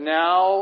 now